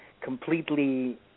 completely